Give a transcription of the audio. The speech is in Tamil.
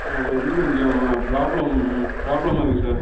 அது வந்து கொஞ்சம் ப்ராப்ளம் ப்ராப்ளமாக இருக்கு சார்